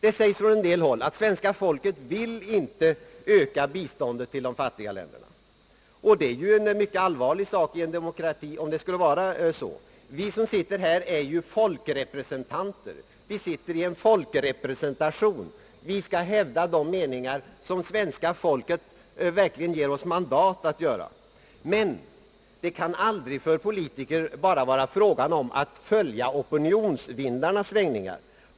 Det sägs från en del håll att svenska folket inte vill öka biståndet till de fattiga länderna. Det är en mycket allvarlig sak i en demokrati. Vi som sitter här är ju folkrepresentanter, vi skall hävda de meningar som svenska folket ger oss mandat att hävda, men det kan för politiker aldrig bara vara fråga om att följa opinionsvindarnas svängningar.